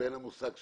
בין המושג "חוב"